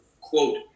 Quote